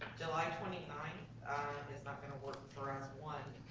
july twenty nine is not gonna work for us. one,